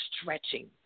stretching